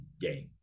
game